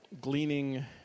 gleaning